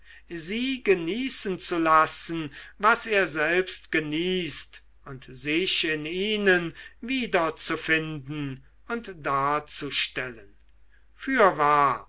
sie genießen zu lassen was er selbst genießt und sich in ihnen wiederzufinden und darzustellen fürwahr